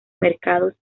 mercados